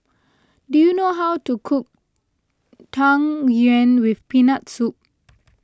do you know how to cook Tang Yuen with Peanut Soup